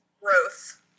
Growth